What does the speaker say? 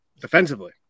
defensively